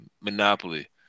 Monopoly